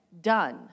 done